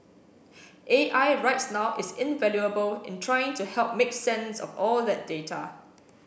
A I rights now is invaluable in trying to help make sense of all that data